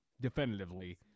definitively